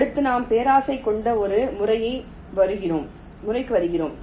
அடுத்து நாம் பேராசை கொண்ட ஒரு முறைக்கு வருகிறோம்